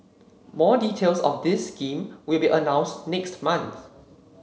more details of this scheme will be announced next month